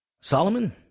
Solomon